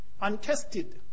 untested